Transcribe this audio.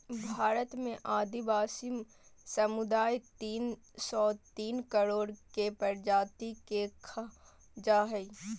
भारत में आदिवासी समुदाय तिन सो तिन कीड़ों के प्रजाति के खा जा हइ